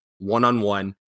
one-on-one